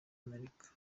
amerika